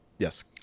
Yes